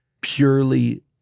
purely